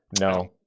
No